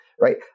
right